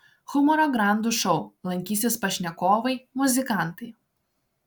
humoro grandų šou lankysis pašnekovai muzikantai